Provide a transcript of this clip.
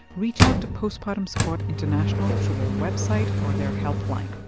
reach out to postpartum support international through their website or their help line.